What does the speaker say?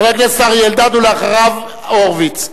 חבר הכנסת אריה אלדד, ואחריו, הורוביץ.